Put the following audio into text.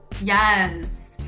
Yes